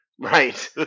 Right